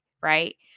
right